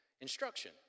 instruction